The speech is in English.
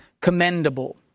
commendable